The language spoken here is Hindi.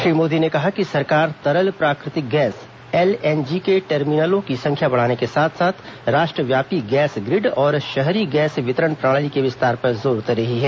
श्री मोदी ने कहा कि सरकार तरल प्राकृतिक गैस एलएनजी के टर्मिनलों की संख्या बढ़ाने के साथ साथ राष्ट्रव्यापी गैस ग्रिड और शहरी गैस वितरण प्रणाली के विस्तार पर जोर दे रही है